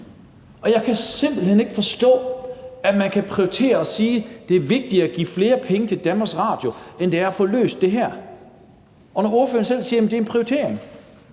Jeg kan simpelt hen ikke forstå, at man kan prioritere det og sige, at det er vigtigere at give flere penge til DR, end der er at få løst det her. Når ordføreren selv siger, at det er en prioritering,